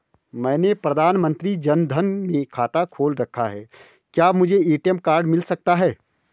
मैंने प्रधानमंत्री जन धन में खाता खोल रखा है क्या मुझे ए.टी.एम कार्ड मिल सकता है?